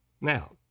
Now